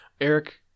Eric